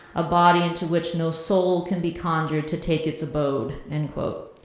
a body into which no soul can be conjured to take its abode. end quote.